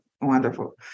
Wonderful